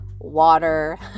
water